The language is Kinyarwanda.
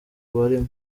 barimo